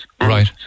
Right